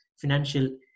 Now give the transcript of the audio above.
financial